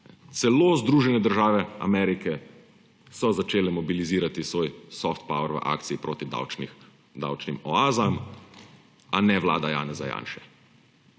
Celo Združene države Amerike so začele mobilizirati svoj softpower v akciji proti davčnim oazam, a ne vlada Janeza Janše.